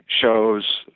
shows